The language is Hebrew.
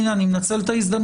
הנה אני מנצל את ההזדמנות,